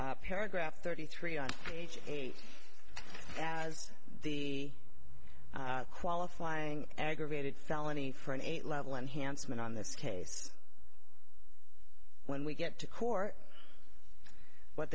identified paragraph thirty three on page eight as the qualifying aggravated felony for an eight level enhancement on this case when we get to court what